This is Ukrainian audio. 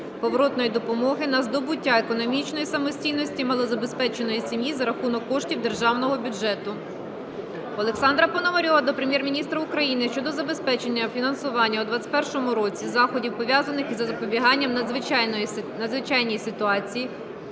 поворотної допомоги на здобуття економічної самостійності малозабезпеченої сім'ї за рахунок коштів державного бюджету. Олександра Пономарьова до Прем'єр-міністра України щодо забезпечення фінансування у 2021 році заходів, пов'язаних із запобіганням надзвичайній ситуації